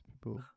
people